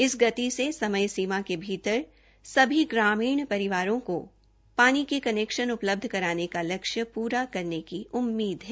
इस गति से समय सीमा के भीतर सभी ग्रामीण परिवारों को पानी के कनैक्षन उपलब्ध कराने का लक्ष्य पूरा करने की उम्मीद है